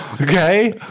Okay